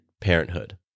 parenthood